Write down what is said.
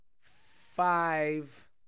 five